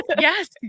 yes